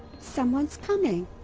someone's coming.